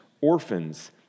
orphans